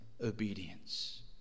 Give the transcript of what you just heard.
obedience